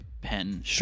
pen